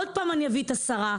עוד פעם אני אביא את השרה,